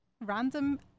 random